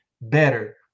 better